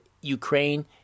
Ukraine